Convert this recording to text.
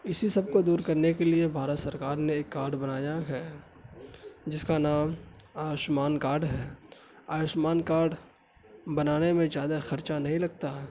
اسی سب کو دور کرنے کے لیے بھارت سرکار نے ایک کارڈ بنایا ہے جس کا نام آیوشمان کارڈ ہے آیوشمان کارڈ بنانے میں زیادہ خرچہ نہیں لگتا ہے